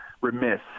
remiss